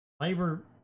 labor